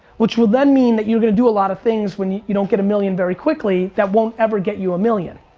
which will then mean that you're gonna do a lot of things when you you don't get a million very quickly, that won't ever get you a million.